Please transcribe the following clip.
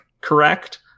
correct